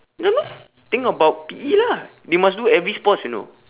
don't know I think about P_E lah they must do every sports you know